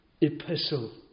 epistle